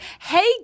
Hey